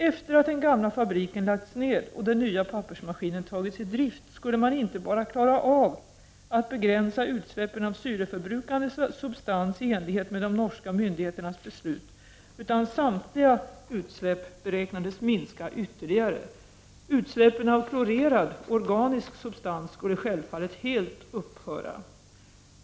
Efter att den gamla fabriken lagts ned och den nya pappersmaskinen tagits i drift skulle man inte bara klara av att begränsa utsläppen av syreförbrukande substans i enlighet med de norska myndigheternas beslut utan samtliga utsläpp beräknades minska ytterligare. Utsläppen av klorerad organisk substans skulle självfallet helt upphöra.